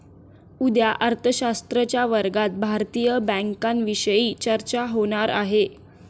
उद्या अर्थशास्त्राच्या वर्गात भारतीय बँकांविषयी चर्चा होणार आहे